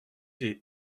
des